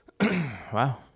Wow